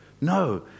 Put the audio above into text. No